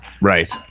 Right